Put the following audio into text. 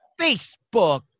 Facebook